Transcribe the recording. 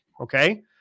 Okay